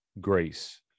grace